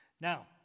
now